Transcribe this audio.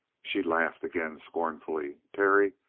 she laughed again scornfully. terry,